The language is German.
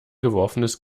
geworfenes